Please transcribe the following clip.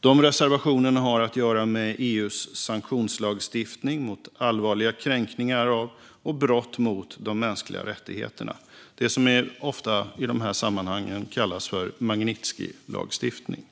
De reservationerna har att göra med EU:s sanktionslagstiftning mot allvarliga kränkningar av och brott mot de mänskliga rättigheterna. Det är det som ofta i dessa sammanhang kallas för Magnitskijlagstiftning.